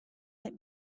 let